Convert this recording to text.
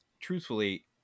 truthfully